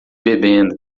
bebendo